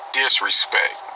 disrespect